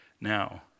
Now